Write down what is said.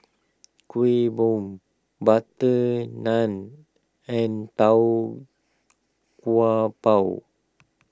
Kuih Bom Butter Naan and Tau Kwa Pau